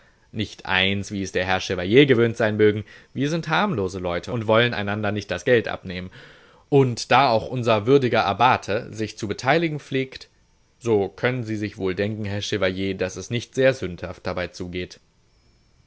nicht eins wie es der herr chevalier gewöhnt sein mögen wir sind harmlose leute und wollen einander nicht das geld abnehmen und da auch unser würdiger abbate sich zu beteiligen pflegt so können sie sich wohl denken herr chevalier daß es nicht sehr sündhaft dabei zugeht